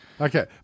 Okay